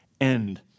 end